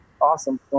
Awesome